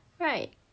right